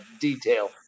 detail